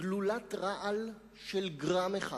השכל שלו בריא, אבל הוא נטל גלולת רעל של גרם אחד,